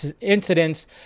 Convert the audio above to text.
incidents